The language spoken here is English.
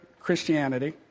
Christianity